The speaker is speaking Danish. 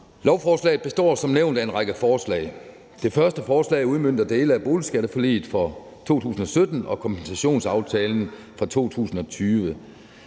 Lovforslaget består som nævnt af en række forslag. Det første forslag udmønter dele af boligskatteforliget fra 2017 og kompensationsaftalen fra 2020.